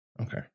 Okay